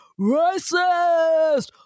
racist